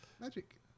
Magic